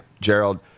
Gerald